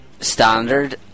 standard